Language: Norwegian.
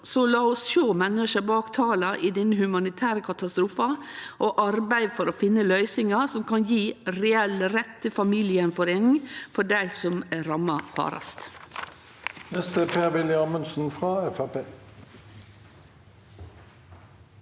Lat oss sjå menneska bak tala i denne humanitære katastrofen og arbeide for å finne løysingar som kan gje reell rett til familiesameining for dei som er ramma hardast.